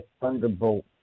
Thunderbolt